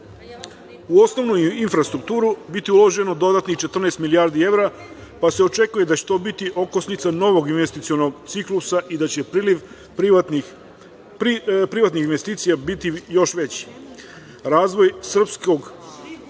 u osnovnu infrastrukturu biti uloženo dodatnih 14 milijardi evra, pa se očekuje da će to biti okosnica novog investicionog ciklusa i da će priliv privatnih investicija biti još veći. Razvoj srpskog